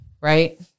right